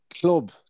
club